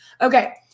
Okay